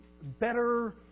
better